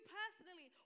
personally